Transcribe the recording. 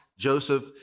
Joseph